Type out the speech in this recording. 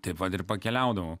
taip vat ir pakeliaudavome